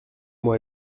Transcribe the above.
moi